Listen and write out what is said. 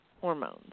hormones